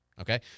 Okay